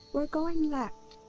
we're going left.